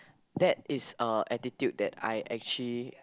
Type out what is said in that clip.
that is a attitude that I actually